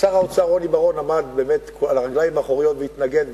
שר האוצר רוני בר-און עמד באמת על הרגליים האחוריות והתנגד.